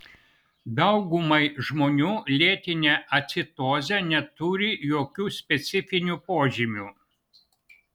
daugumai žmonių lėtinė acidozė neturi jokių specifinių požymių